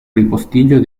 ripostiglio